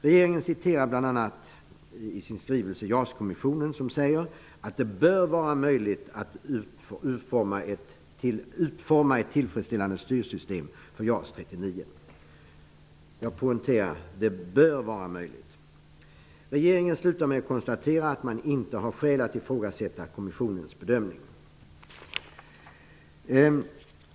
Regeringen citerar i sin skrivelse bl.a. JAS kommissionen som säger att det bör vara möjligt att utforma ett tillfredsställande styrsystem för JAS 39 -- jag poängterar; det bör vara möjligt. Regeringen avslutar med att konstatera att man inte har skäl att ifrågasätta kommissionens bedömning.